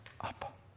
up